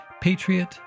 patriot